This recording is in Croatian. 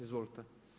Izvolite.